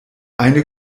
eine